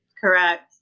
Correct